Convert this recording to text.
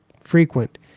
frequent